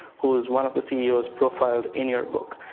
who is one of the ceos profiled in your book.